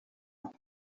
ans